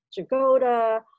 Jagoda